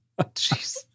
Jeez